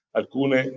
alcune